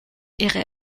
ihre